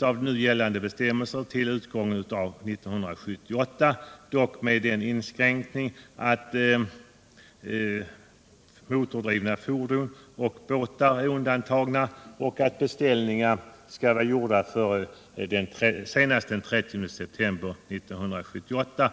av nu gällande bestämmelser till utgången av 1978, dock med den inskränkningen att motordrivna fordon och båtar är undantagna och att beställningar skall vara gjorda senast den 30 september 1978.